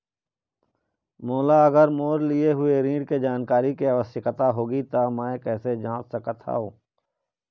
मोला अगर मोर लिए हुए ऋण के जानकारी के आवश्यकता होगी त मैं कैसे जांच सकत हव?